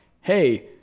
Hey